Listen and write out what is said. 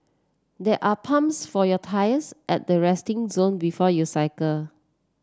there are pumps for your tyres at the resting zone before you cycle